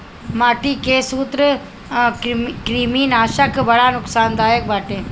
माटी के सूत्रकृमिनाशक बड़ा नुकसानदायक बाटे